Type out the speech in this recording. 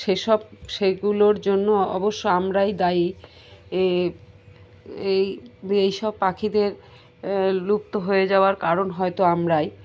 সেসব সেগুলোর জন্য অবশ্য আমরাই দায়ী এই এই সব পাখিদের লুপ্ত হয়ে যাওয়ার কারণ হয়তো আমরাই